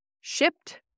shipped